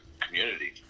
community